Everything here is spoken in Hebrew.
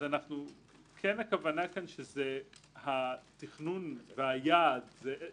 הכוונה כאן היא כן שהתכנון והיעד יהיו